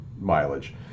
mileage